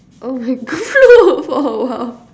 oh my God oh !wow!